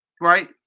right